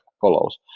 follows